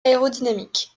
aérodynamique